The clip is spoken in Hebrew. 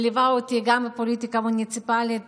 ליווה אותי בפוליטיקה המוניציפלית